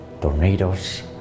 tornadoes